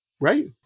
Right